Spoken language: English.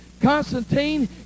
Constantine